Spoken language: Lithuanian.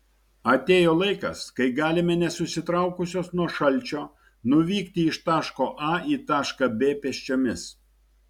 atėjo laikas kai galime nesusitraukusios nuo šalčio nuvykti iš taško a į tašką b pėsčiomis